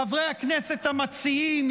חברי הכנסת המציעים,